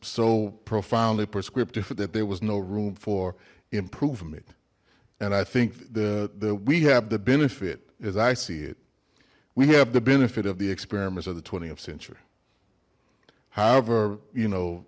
so profoundly prescriptive or that there was no room for improvement and i think the the we have the benefit as i see it we have the benefit of the experiments of the th century however you know